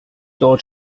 dort